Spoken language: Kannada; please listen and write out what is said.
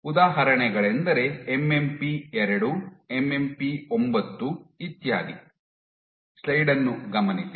ಉದಾಹರಣೆಗಳೆಂದರೆ ಎಂಎಂಪಿ 2 ಎಂಎಂಪಿ 9 ಇತ್ಯಾದಿ